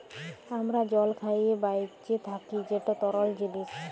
আমরা জল খাঁইয়ে বাঁইচে থ্যাকি যেট তরল জিলিস